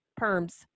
Perms